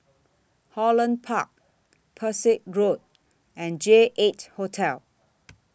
Holland Park Pesek Road and J eight Hotel